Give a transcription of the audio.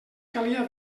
calia